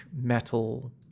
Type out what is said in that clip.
metal